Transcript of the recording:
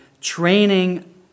training